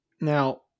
Now